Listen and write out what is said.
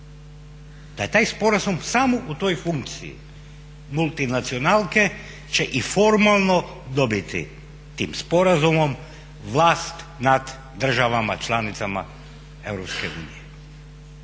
Da je taj sporazum samo u toj funkciji multinacionalke će i formalno dobiti tim sporazumom vlast nad državama članicama